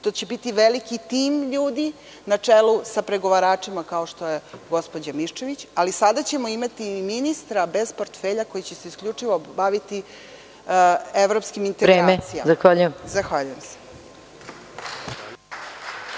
To će biti veliki tim ljudi na čelu sa pregovaračima, kao što je gospođa Miščević, ali sada ćemo imati i ministra bez portfelja koji će se isključivo baviti evropskim integracijama. Zahvaljujem se.